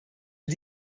wir